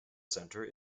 center